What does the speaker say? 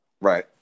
Right